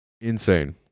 Insane